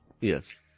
Yes